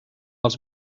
els